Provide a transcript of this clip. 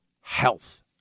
health